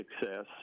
success